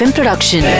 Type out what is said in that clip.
Production